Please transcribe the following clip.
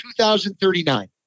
2039